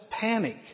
panic